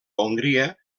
hongria